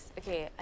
okay